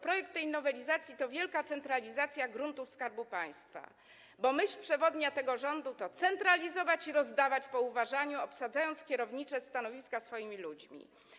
Projekt tej nowelizacji to wielka centralizacja gruntów Skarbu Państwa, bo myśl przewodnia tego rządu to centralizować i rozdawać po uważaniu, obsadzając kierownicze stanowiska swoimi ludźmi.